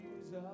Jesus